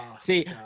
See